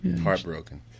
Heartbroken